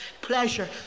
pleasure